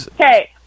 okay